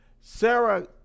Sarah